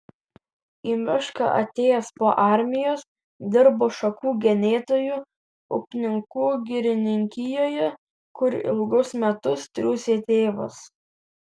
į mišką atėjęs po armijos dirbo šakų genėtoju upninkų girininkijoje kur ilgus metus triūsė tėvas